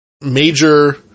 major